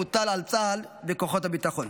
המוטל על צה"ל וכוחות הביטחון.